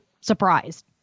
surprised